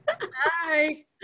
Hi